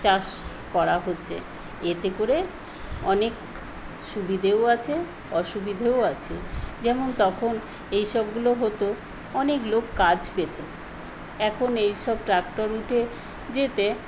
চাষ করা হচ্ছে এতে করে অনেক সুবিধেও আছে অসুবিধেও আছে যেমন তখন এইসবগুলো হতো অনেক লোক কাজ পেত এখন এইসব ট্রাক্টর উঠে যেতে